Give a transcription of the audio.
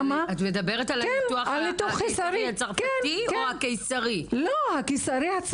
את מדברת על הניתוח הקיסרי הרגיל או הקיסרי הצרפתי?